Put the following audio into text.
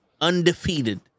undefeated